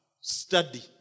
Study